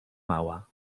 mała